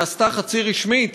שנעשתה חצי-רשמית,